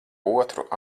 otru